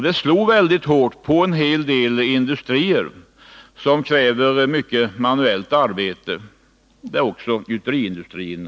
Detta slog väldigt hårt på Nr 153 en hel del industrier som kräver mycket manuellt arbete, och där ingår också Måndagen den gjuteriindustrin.